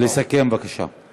לסכם, בבקשה.